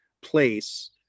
place